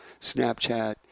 Snapchat